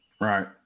Right